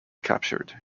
captured